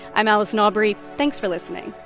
i'm allison aubrey. thanks for listening